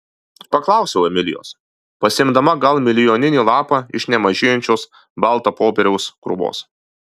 paklausiau emilijos pasiimdama gal milijoninį lapą iš nemažėjančios balto popieriaus krūvos